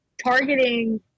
targeting